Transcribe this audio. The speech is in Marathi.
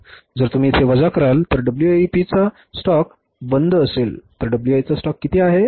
जर तुम्ही येथे वजा कराल तर WIP चा स्टॉक बंद असेल तर WIP चा स्टॉक किती आहे